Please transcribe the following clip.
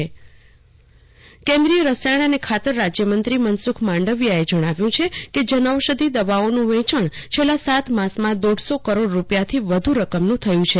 કલ્પના શાહ જનૌષધિ કેન્દ્રો કેન્દ્રિય રસાયણ અને ખાત રાજ્યમંત્રી મનસુખ માંડવિયાએ જણાવ્યું છે કે જનૌષધિ દવાઓનું વેચાણ છેલ્લા સાત માસમાં દોઢસો કરોડ રૂપિયાથી વધુ રકમનું થયું છે